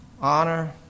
honor